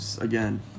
again